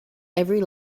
every